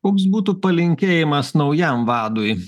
koks būtų palinkėjimas naujam vadui